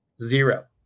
Zero